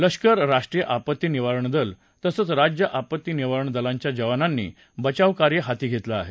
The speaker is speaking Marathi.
लष्कर राष्ट्रीय आपत्ती निवारण दल तसंच राज्य आपत्ती निवारण दलाच्या जवानांनी बचावकार्य हाती घेतलं आहे